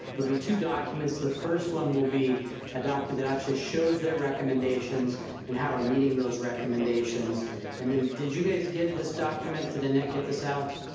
they'll be two documents. the first one will be a document that actually shows their recommendations and how we're meeting those recommendations and then did you guys get this document? did annette get this out?